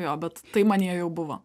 jo bet tai manyje jau buvo